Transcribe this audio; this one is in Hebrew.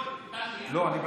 מאולם המליאה.) ניסים,